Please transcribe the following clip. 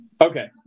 Okay